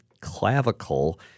clavicle